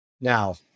Now